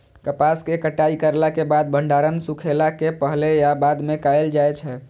कपास के कटाई करला के बाद भंडारण सुखेला के पहले या बाद में कायल जाय छै?